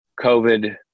COVID